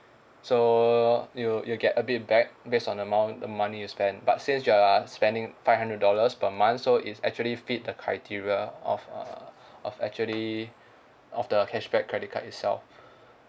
so you you get a bit back based on the amount the money you spend but since you are spending five hundred dollars per month so it's actually fit the criteria of uh of actually of the cashback credit card itself